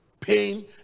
pain